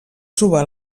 trobar